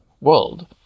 world